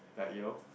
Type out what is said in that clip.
like you know